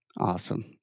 Awesome